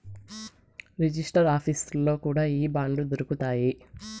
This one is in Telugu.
రిజిస్టర్ ఆఫీసుల్లో కూడా ఈ బాండ్లు దొరుకుతాయి